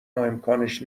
امکانش